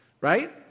right